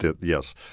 yes